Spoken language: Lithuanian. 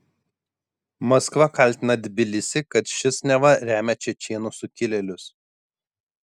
maskva kaltina tbilisį kad šis neva remia čečėnų sukilėlius